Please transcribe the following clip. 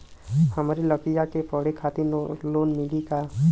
हमरे लयिका के पढ़े खातिर लोन मिलि का?